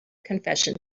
confession